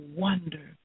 wonder